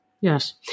Yes